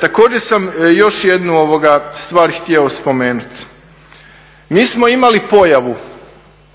Također sam još jednu stvar htio spomenuti. Mi smo imali pojavu